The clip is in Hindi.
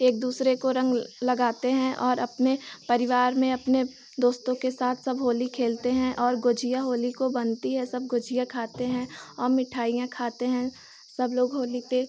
एक दूसरे को रंग लगाते हैं और अपने परिवार में अपने दोस्तों के साथ सब होली खेलते हैं और गुझिया होली को बनती है सब गुझिया खाते हैं और मिठाइयाँ खाते हैं सब लोग होली पर